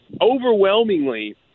overwhelmingly